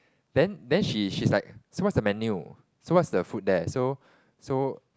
then then she's she's like so what is the menu so what is the food there so so